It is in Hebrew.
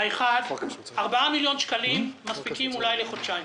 האחד, 4 מיליון שקלים מספיקים אולי לחודשיים.